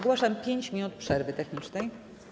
Ogłaszam 5 minut przerwy technicznej.